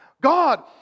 God